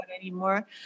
anymore